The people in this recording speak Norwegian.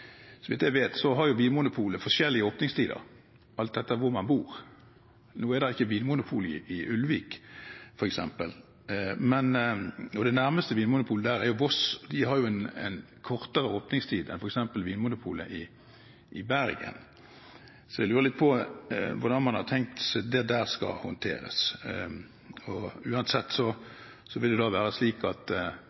Så vidt jeg vet, har Vinmonopolet forskjellige åpningstider alt etter hvor man bor. Nå er det ikke vinmonopol i Ulvik, f.eks., det nærmeste Vinmonopolet er på Voss, og det har kortere åpningstid enn f.eks. Vinmonopolet i Bergen. Så jeg lurer litt på hvordan man har tenkt at det skal håndteres. Uansett: Når Vinmonopolet på Voss, som er det nærmeste, stenger halv fem, er det slik at